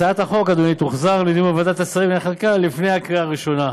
הצעת החוק תוחזר לדיון בוועדת השרים לענייני חקיקה לפני הקריאה הראשונה.